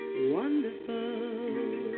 wonderful